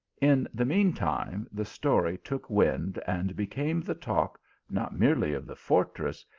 in the mean time the story took wind, and became the talk not merely of the fortress,